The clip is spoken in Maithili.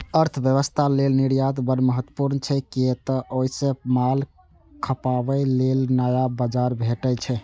अर्थव्यवस्था लेल निर्यात बड़ महत्वपूर्ण छै, कियै तं ओइ सं माल खपाबे लेल नया बाजार भेटै छै